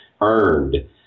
earned